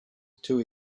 too